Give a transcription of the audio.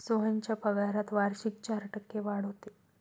सोहनच्या पगारात वार्षिक चार टक्के वाढ होते